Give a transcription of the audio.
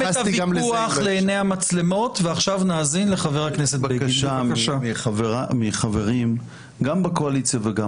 בקשה מהחברים גם בקואליציה וגם